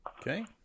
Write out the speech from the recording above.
Okay